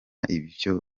n’ibyo